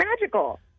magical